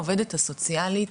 העובדת הסוציאלית,